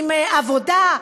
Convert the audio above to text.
עם עבודה,